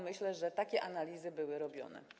Myślę, że takie analizy były robione.